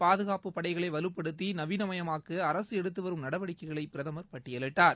பாாதுகாப்பு படைகளை வலுப்படுத்தி நவீனமயமாக்க அரசு எடுத்து வரும் நடவடிக்கைகளை பிரதமர் பட்டியலிட்டார்